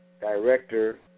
director